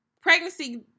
pregnancy